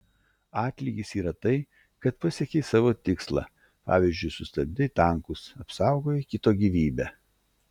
atlygis yra tai kad pasiekei savo tikslą pavyzdžiui sustabdei tankus apsaugojai kito gyvybę